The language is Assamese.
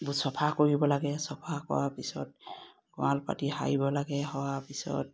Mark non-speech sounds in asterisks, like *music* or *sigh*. *unintelligible* চফা কৰিব লাগে চফা কৰা পিছত গঁৰাল পাতি সাৰিব লাগে সৰাৰ পিছত